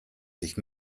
sich